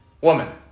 Woman